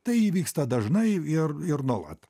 tai įvyksta dažnai ir ir nuolat